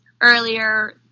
earlier